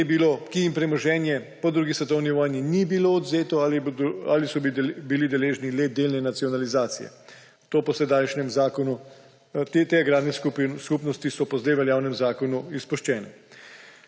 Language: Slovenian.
ki jim premoženje po drugi svetovni vojni ni bilo odvzeto ali so bili deležni le delne nacionalizacije. Te agrarne skupnosti so po zdaj veljavnem zakonu izpuščene.